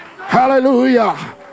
Hallelujah